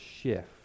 shift